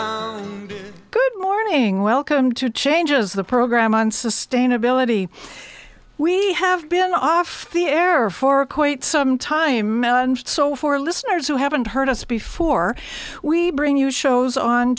morning welcome to changes the program on sustainability we have been off the air for quite some time and so for listeners who haven't heard us before we bring you shows on